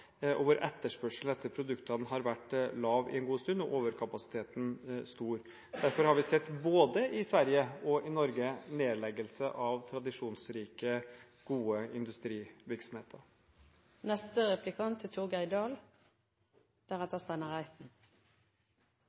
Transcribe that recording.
Europa, hvor etterspørselen etter produktene har vært lav en god stund, og overkapasiteten er stor. Derfor har vi sett både i Sverige og i Norge nedleggelse av tradisjonsrike og gode industrivirksomheter. Mitt spørsmål går på SkatteFUNN-ordningen. Jeg tror det er